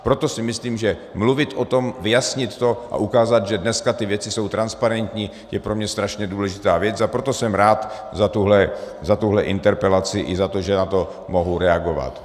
Proto si myslím, že mluvit o tom, vyjasnit to a ukázat, že dneska ty věci jsou transparentní, je pro mě strašně důležitá věc, a proto jsem rád za tuhle interpelaci i za to, že na to mohu reagovat.